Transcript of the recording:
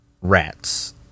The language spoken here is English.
rats